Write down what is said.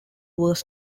was